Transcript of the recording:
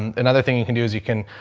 and another thing you can do is you can,